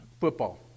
Football